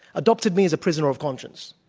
adopted me as a prisoner of conscience.